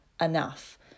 enough